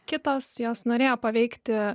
kitos jos norėjo paveikti